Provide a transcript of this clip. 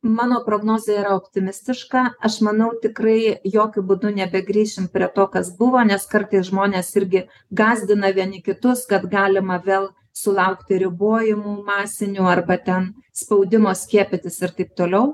mano prognozė yra optimistiška aš manau tikrai jokiu būdu nebegrįšim prie to kas buvo nes kartais žmonės irgi gąsdina vieni kitus kad galima vėl sulaukti ribojimų masinių arba ten spaudimo skiepytis ir taip toliau